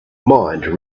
mind